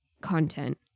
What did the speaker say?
content